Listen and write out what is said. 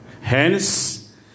Hence